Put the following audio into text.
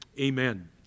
amen